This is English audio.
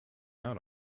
out